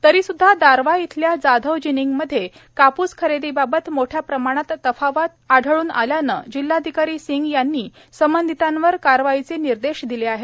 तरीसूध्दा दारव्हा येथील जाधव जिनिंगमध्ये कापूस खरेदीबाबत मोठ्या प्रमाणात तफावत आढळून आल्याने यवतमाळचे जिल्हाधिकारी सिंह यांनी संबंधितांवर कारवाईचे निर्देश दिले आहे